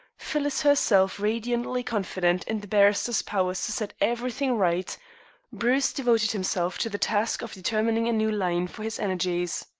phyllis herself radiantly confident in the barrister's powers to set everything right bruce devoted himself to the task of determining a new line for his energies.